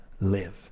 live